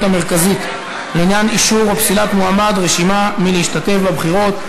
המרכזית לעניין אישור או פסילת מועמד או רשימה מלהשתתף בבחירות).